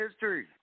history